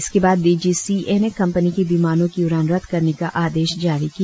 इसके बाद D G C A ने कंपनी के विमानों की उड़ान रद्द करने का आदेश जारी किया